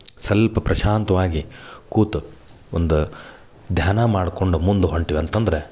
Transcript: ಸ್ವಲ್ಪ ಪ್ರಶಾಂತವಾಗಿ ಕೂತು ಒಂದು ಧ್ಯಾನ ಮಾಡಿಕೊಂಡು ಮುಂದೆ ಹೊಂಟಿವಿ ಅಂತಂದರೆ